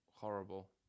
Horrible